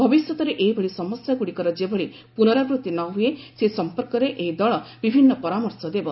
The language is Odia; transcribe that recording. ଭବିଷ୍ୟତରେ ଏହିଭଳି ସମସ୍ୟାଗୁଡ଼ିକର ଯେଭଳି ପୁନରାବୃଭିକୁ ନ ହୁଏ ସେ ସମ୍ପର୍କରେ ଏହି ଦଳ ବିଭିନ୍ନ ପରାମର୍ଶ ଦେବ